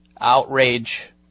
Outrage